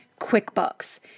QuickBooks